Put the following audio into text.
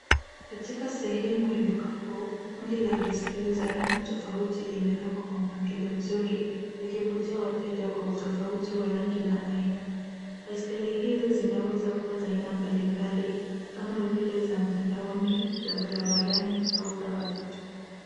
Katika sehemu ya duka kuu kundi la baiskeli za rangi tofauti limewekwa kwa mpangilio mzuri ikivutia wateja kwa utofauti wa rangi na aina. Baiskeli hizi zinaweza kuwa za aina mbalimbali kama vile za mtandaoni, za barabarani au za watoto.